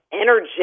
energetic